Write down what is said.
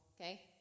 okay